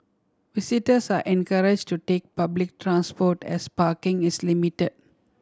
visitors are encourage to take public transport as parking is limit